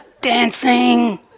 dancing